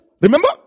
Remember